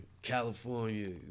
California